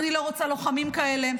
אני לא רוצה לוחמים כאלה,